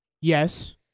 Yes